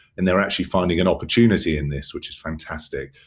and they're actually finding an opportunity in this which is fantastic.